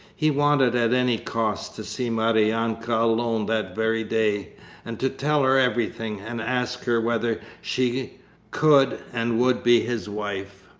he wanted at any cost to see maryanka alone that very day and to tell her everything, and ask her whether she could and would be his wife.